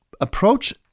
approach